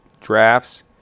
drafts